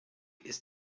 ist